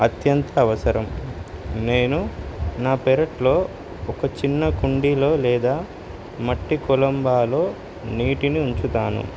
అత్యంత అవసరం నేను నా పెరట్లో ఒక చిన్న కుండీలో లేదా మట్టి కులంబాలో నీటిని ఉంచుతాను